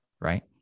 Right